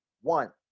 One